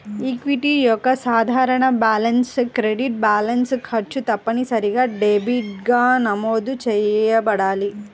equity యొక్క సాధారణ balance credit balance, ఖర్చు తప్పనిసరిగా డెబిట్గా నమోదు చేయబడాలి